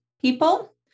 people